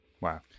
Wow